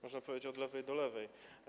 Można powiedzieć: od lewej do lewej.